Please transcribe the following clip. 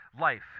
Life